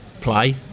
play